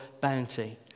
bounty